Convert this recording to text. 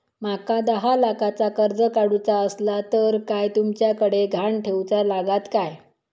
माका दहा लाखाचा कर्ज काढूचा असला तर काय तुमच्याकडे ग्हाण ठेवूचा लागात काय?